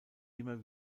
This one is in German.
immer